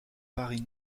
paris